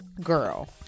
Girl